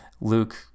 Luke